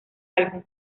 álbum